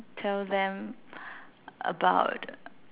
tell them about